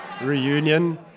reunion